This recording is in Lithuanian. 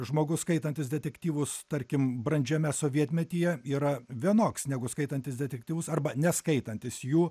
žmogus skaitantis detektyvus tarkim brandžiame sovietmetyje yra vienoks negu skaitantis detektyvus arba neskaitantis jų